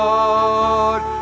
Lord